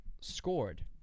scored